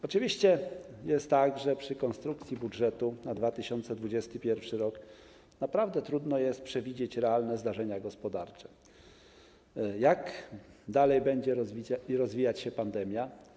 Oczywiście jest tak, że przy konstrukcji budżetu na 2021 r. naprawdę trudno jest przewidzieć realne zdarzenia gospodarcze, jak dalej będzie rozwijać się pandemia.